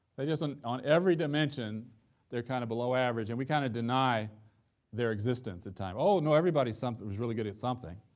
they just on on every dimension they're kind of below average, and we kind of deny their existence at times. oh, no, everybody's someth is really good at something.